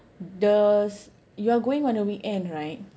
the s~ you are going on a weekend right